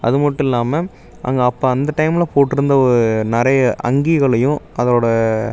அதுமட்டும் இல்லாமல் அங்கே அப்போ அந்த டைமில் போட்டுருந்த நிறைய அங்கிகளையும் அதோடு